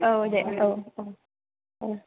औ दे औ औ